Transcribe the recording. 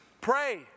Pray